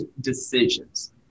decisions